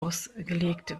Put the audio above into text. ausgelegt